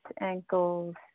ankles